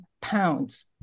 pounds